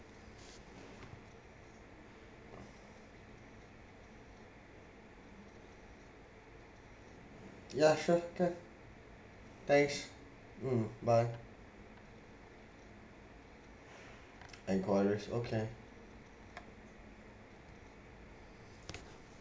yeah sure can thanks mm bye enquiries okay